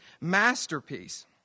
masterpiece